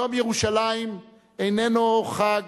יום ירושלים איננו חג